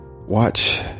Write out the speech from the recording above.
watch